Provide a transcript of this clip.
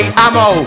ammo